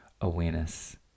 awareness